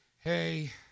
Hey